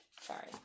Sorry